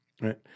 right